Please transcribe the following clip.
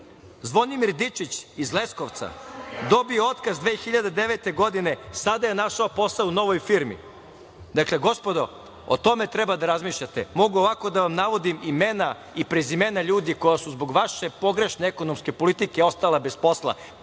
Zvonim Dičić iz Leskovca? Dobio je otkaz 2009. godine, a sada je našao posao u novoj firmi. Dakle, gospodo, o tome treba da razmišljate. Mogu ovako da vam navodim imena i prezimena ljudi koja su zbog vaše pogrešne ekonomske politike ostala bez posla. Pola